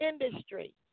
industry